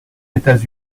états